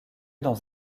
dans